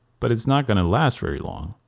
but it's not going to last very long.